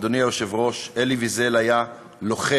אדוני היושב-ראש, אלי ויזל היה לוחם,